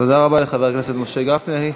תודה רבה לחבר הכנסת משה גפני.